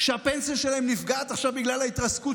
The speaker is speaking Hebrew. הפנסיה שלהם נפגעת עכשיו בגלל ההתרסקות